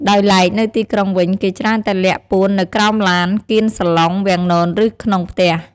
ដោយឡែកនៅទីក្រុងវិញ គេច្រើនតែលាក់ពួននៅក្រោយឡាន កៀនសាឡុង វាំងនន ឬ ក្នុងផ្ទះ។